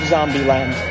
Zombieland